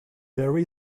there